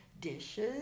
dishes